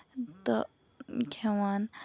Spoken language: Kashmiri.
تہٕ کھٮ۪وان